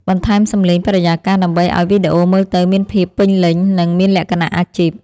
បន្ថែមសំឡេងបរិយាកាសដើម្បីឱ្យវីដេអូមើលទៅមានភាពពេញលេញ និង មានលក្ខណៈអាជីព។